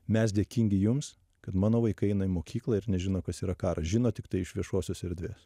mes dėkingi jums kad mano vaikai eina į mokyklą ir nežino kas yra karas žino tiktai iš viešosios erdvės